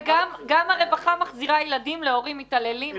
וגם הרווחה מחזירה ילדים להורים מתעללים,